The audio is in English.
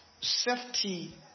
safety